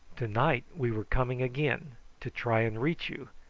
to-night we were coming again to try and reach you,